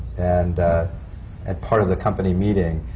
and and part of the company meeting,